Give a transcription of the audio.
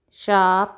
shop